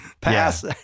pass